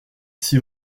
six